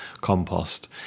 compost